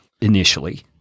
initially